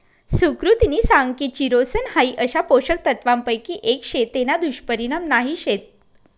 सुकृतिनी सांग की चिरोसन हाई अशा पोषक तत्वांपैकी एक शे तेना दुष्परिणाम नाही शेत